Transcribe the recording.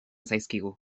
zaizkigu